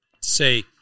say